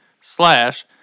slash